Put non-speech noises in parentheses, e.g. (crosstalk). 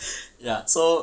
(laughs) ya so